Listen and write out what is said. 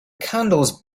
candles